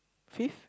fifth